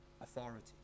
authority